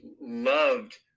loved